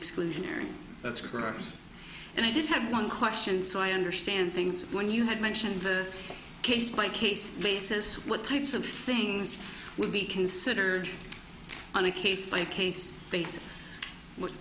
exclusionary and i did have one question so i understand things when you had mentioned the case by case basis what types of things would be considered on a case by case basis what